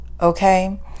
Okay